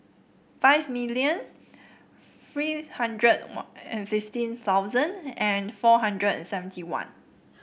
five million free hundred one and fifteen thousand and four hundred and seventy one